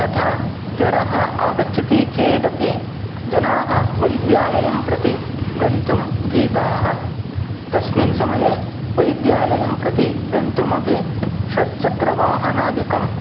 तथा ज्वरः आगच्छति चेदपि जनाः वैद्यालयं प्रति गन्तुं भीताः तस्मिन् समये वैद्यालयं प्रति गन्तुमपि षड्चक्रवाहनादिकम्